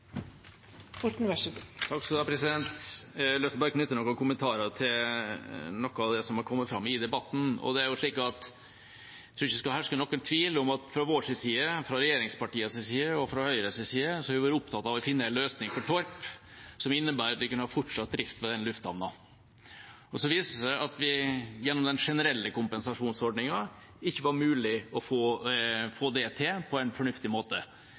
lyst til å knytte noen kommentarer til noe av det som har kommet fram i debatten. Jeg tror ikke det skal herske noen tvil om at vi fra vår side – fra regjeringspartiene side og fra Høyres side – har vært opptatt av å finne en løsning for Torp som innebærer at vi kunne hatt fortsatt drift ved lufthavnen. Det viste seg at det gjennom den generelle kompensasjonsordningen ikke var mulig å få det til på en fornuftig måte.